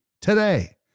today